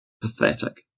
Pathetic